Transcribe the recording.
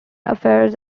affairs